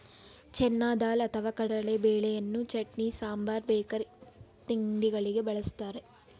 ಚೆನ್ನ ದಾಲ್ ಅಥವಾ ಕಡಲೆಬೇಳೆಯನ್ನು ಚಟ್ನಿ, ಸಾಂಬಾರ್ ಬೇಕರಿ ತಿಂಡಿಗಳಿಗೆ ಬಳ್ಸತ್ತರೆ